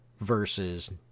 versus